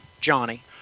Johnny